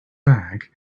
bag